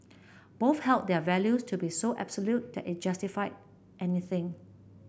both held their values to be so absolute that it justified anything